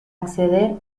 acceder